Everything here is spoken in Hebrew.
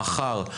מחר,